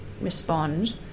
respond